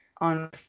on